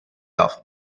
off